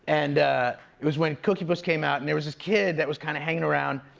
and it was when cooky puss came out. and there was this kid that was kind of hanging around.